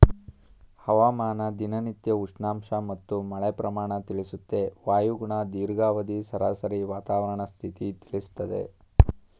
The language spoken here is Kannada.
ಹವಾಮಾನ ದಿನನಿತ್ಯ ಉಷ್ಣಾಂಶ ಮತ್ತು ಮಳೆ ಪ್ರಮಾಣ ತಿಳಿಸುತ್ತೆ ವಾಯುಗುಣ ದೀರ್ಘಾವಧಿ ಸರಾಸರಿ ವಾತಾವರಣ ಸ್ಥಿತಿ ತಿಳಿಸ್ತದೆ